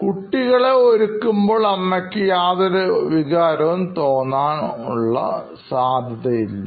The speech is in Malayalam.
സ്കൂൾ കുട്ടികളെ ഒരുക്കുമ്പോൾ അമ്മയ്ക്ക് യാതൊരു മാനസിക വികാരങ്ങളും തോന്നിക്കാൻ സാധ്യതയില്ല